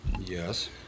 yes